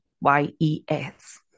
Y-E-S